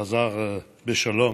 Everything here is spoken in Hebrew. שחזר בשלום